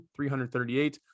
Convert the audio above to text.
338